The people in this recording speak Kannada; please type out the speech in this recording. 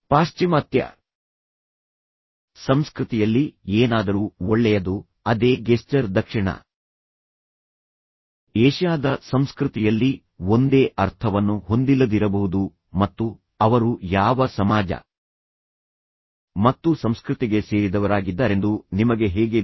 ಪಾಶ್ಚಿಮಾತ್ಯ ಸಂಸ್ಕೃತಿಯಲ್ಲಿ ಏನಾದರೂ ಒಳ್ಳೆಯದು ಅದೇ ಗೆಸ್ಚರ್ ದಕ್ಷಿಣ ಏಷ್ಯಾದ ಸಂಸ್ಕೃತಿಯಲ್ಲಿ ಒಂದೇ ಅರ್ಥವನ್ನು ಹೊಂದಿಲ್ಲದಿರಬಹುದು ಮತ್ತು ಅವರು ಯಾವ ಸಮಾಜ ಮತ್ತು ಸಂಸ್ಕೃತಿಗೆ ಸೇರಿದವರಾಗಿದ್ದಾರೆಂದು ನಿಮಗೆ ಹೇಗೆ ಗೊತ್ತು